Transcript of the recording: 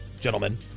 gentlemen